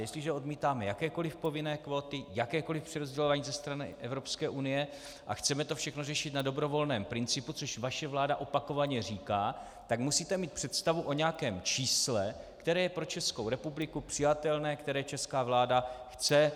Jestliže odmítáme jakékoliv povinné kvóty, jakékoliv přerozdělování ze strany Evropské unie a chceme to všechno řešit na dobrovolném principu, což vaše vláda opakovaně říká, tak musíte mít představu o nějakém čísle, které je pro Českou republiku přijatelné, které česká vláda chce.